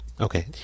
Okay